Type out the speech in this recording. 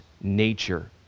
nature